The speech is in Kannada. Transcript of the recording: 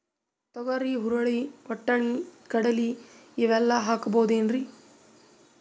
ತೊಗರಿ, ಹುರಳಿ, ವಟ್ಟಣಿ, ಕಡಲಿ ಇವೆಲ್ಲಾ ಹಾಕಬಹುದೇನ್ರಿ?